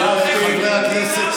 אתה הולך להצטרף,